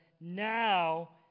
now